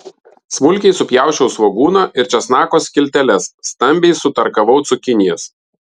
smulkiai supjausčiau svogūną ir česnako skilteles stambiai sutarkavau cukinijas